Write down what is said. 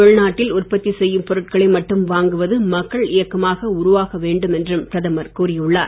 உள்நாட்டு உற்பத்தி செய்யும் பொருட்களை மட்டும் வாங்குவது மக்கள் இயக்கமாக உருவாக வேண்டும் என்றும் பிரதமர் கூறியுள்ளார்